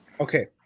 Okay